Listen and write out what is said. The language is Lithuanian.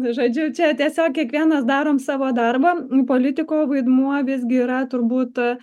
žodžiu čia tiesiog kiekvienas darom savo darbą politiko vaidmuo visgi yra turbūt